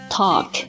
talk